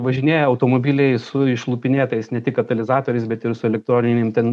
važinėja automobiliai su išlupinėtais ne tik katalizatoriais bet ir su elektroninėm ten